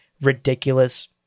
ridiculous